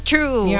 True